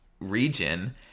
region